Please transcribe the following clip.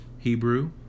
Hebrew